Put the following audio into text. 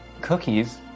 Cookies